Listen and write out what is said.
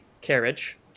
carriage